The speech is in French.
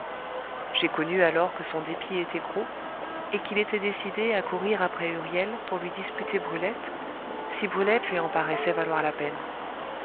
j'ai connu alors que son dépit était gros et qu'il était décidé à courir après huriel pour lui disputer brulette si brulette lui en paraissait valoir la peine